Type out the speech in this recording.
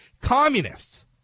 Communists